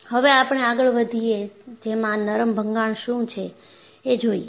હવે આપણે આગળ વધીએ જેમાં નરમ ભંગાણ શું છે એ જોઈએ